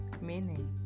meaning